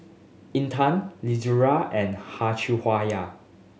Intan Izara and